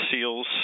seals